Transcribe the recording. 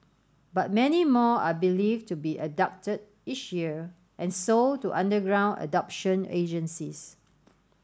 but many more are believed to be abducted each year and sold to underground adoption agencies